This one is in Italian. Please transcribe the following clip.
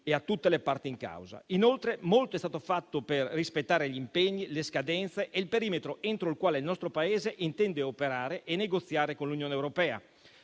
e di tutte le parti in causa. Inoltre, molto è stato fatto per rispettare gli impegni, le scadenze e il perimetro entro il quale il nostro Paese intende operare e negoziare con l'Unione europea.